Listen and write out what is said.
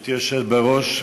גברתי היושבת בראש,